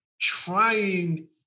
trying